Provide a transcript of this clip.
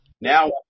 now